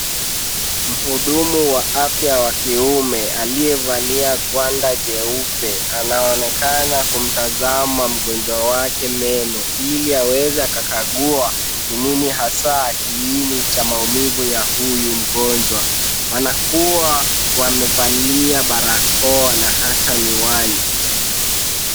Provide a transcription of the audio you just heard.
Mhudumu wa afya wa kiume, aliyevalia gwanda jeupe anaonekana kumtazama mgonjwa wake meno ili aweze akakagua ni nini hasa kiini cha maumivu ya huyu mgonjwa. Wanakuwa wamevalia barakoa na hata miwani.